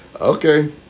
Okay